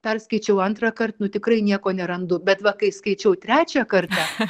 perskaičiau antrąkart nu tikrai nieko nerandu bet va kai skaičiau trečią kartą